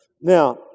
now